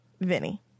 Vinny